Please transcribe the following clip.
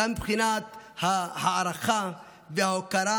אלא גם מבחינת ההערכה וההוקרה,